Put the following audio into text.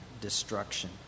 destruction